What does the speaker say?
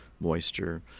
moisture